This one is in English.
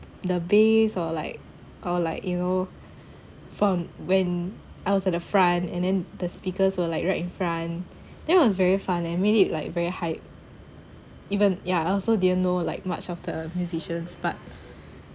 the bass or like or like you know from when I was at the front and then the speakers were like right in front then I was very fun and made it like very hype even yeah I also didn't know like much of the musicians but